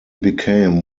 became